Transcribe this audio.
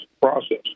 process